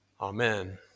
Amen